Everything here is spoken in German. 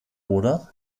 oder